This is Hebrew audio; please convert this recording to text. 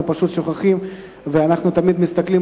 אנחנו פשוט שוכחים אותם ותמיד מסתכלים